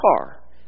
car